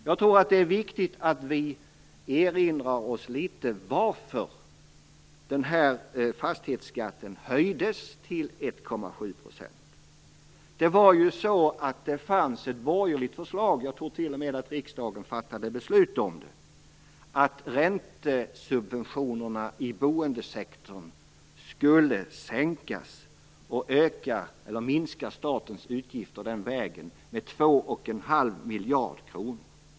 Jag tror att det är viktigt att vi erinrar oss varför fastighetsskatten höjdes till 1,7 %. Det fanns ett borgerligt förslag - jag tror t.o.m. att riksdagen fattade beslut om det - om att räntesubventionerna i boendesektorn skulle sänkas och minska statens utgifter med två och en halv miljard kronor.